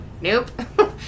nope